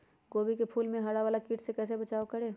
गोभी के फूल मे हरा वाला कीट से कैसे बचाब करें?